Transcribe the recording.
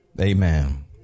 amen